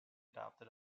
adopted